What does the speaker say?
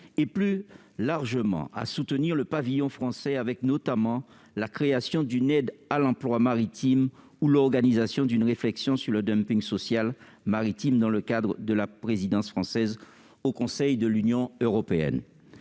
et, plus largement, à soutenir le pavillon français, grâce notamment à la création d'une aide à l'emploi maritime ou à l'organisation d'une réflexion sur le dumping social maritime dans le cadre de la prochaine présidence française du Conseil de l'Union européenne.